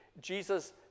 Jesus